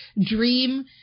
dream